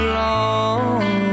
long